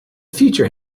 future